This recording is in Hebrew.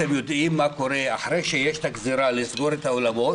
אתם יודעים מה קורה אחרי שיש את הגזירה לסגור את האולמות,